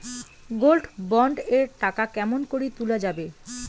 Gold bond এর টাকা কেমন করি তুলা যাবে?